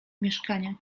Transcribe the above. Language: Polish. mieszkania